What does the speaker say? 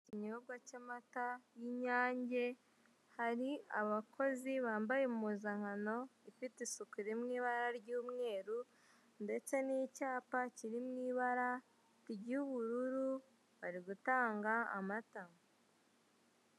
Ikinyobwa cy'amata y'inyange, hari abakozi bambaye impuzankano ifie isuku iri mu ibara ry'umweru ndetse n'icyapa kiri mu ibara ry'ubururu bari gutanga amata.